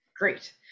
Great